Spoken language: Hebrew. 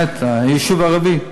יישוב ערבי.